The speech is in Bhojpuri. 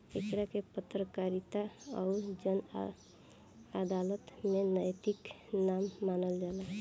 एकरा के पत्रकारिता अउर जन अदालत में नैतिक ना मानल जाला